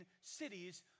cities